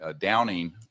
downing